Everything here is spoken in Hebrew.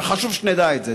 וחשוב שנדע את זה.